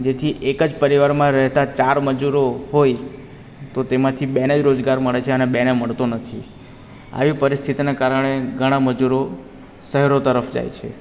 જેથી એક જ પરિવારમાં રહેતાં ચાર મજૂરો હોય તો તેમાંથી બેને જ રોજગાર મળે છે અને બેને મળતો નથી આવી પરિસ્થિતિના કારણે ઘણાં મજૂરો શહેરો તરફ જાય છે